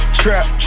trap